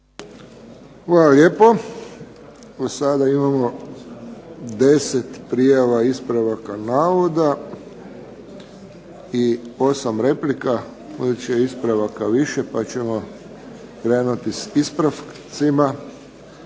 Josip (HSS)** Imamo 10 prijava ispravaka navoda i 8 replika. Budući da je ispravaka više pa ćemo krenuti sa ispravcima.